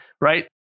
Right